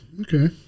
okay